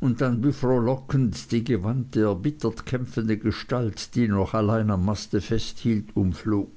und dann wie frohlockend die gewandte erbittert kämpfende gestalt die noch allein am maste festhielt umflog